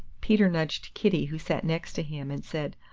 peter nudged kitty, who sat next him, and said,